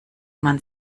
man